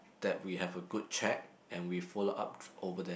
that we have a good chat and we follow up over there